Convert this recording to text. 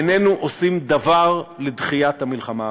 איננו עושים דבר לדחיית המלחמה הבאה.